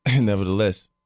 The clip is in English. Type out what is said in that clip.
nevertheless